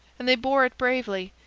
and they bore it bravely,